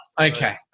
Okay